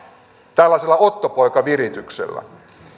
tällaisella ottopoikavirityksellä